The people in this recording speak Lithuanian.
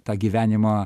tą gyvenimo